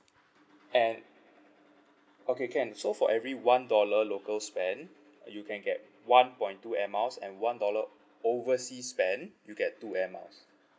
an~ okay can so for every one dollar local spend you can get one point two air miles and one dollar overseas spend you can get two air miles